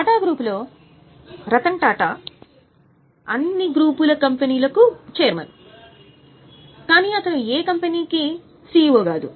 టాటా గ్రూపులో రతన్ టాటా అన్ని టాటా గ్రూప్ కంపెనీలకు ఛైర్మన్ అని మీకు తెలుసు కాని అతను ఏ కంపెనీకి సిఇఒ కాదు